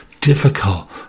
difficult